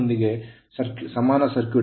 ನೊಂದಿಗೆ ಸಮಾನ ಸರ್ಕ್ಯೂಟ್